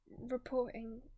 reporting